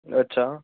અચ્છા